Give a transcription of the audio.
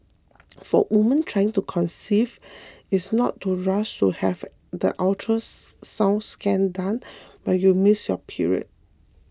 for woman trying to conceive is not to rush to have the ultrasound scan done when you miss your period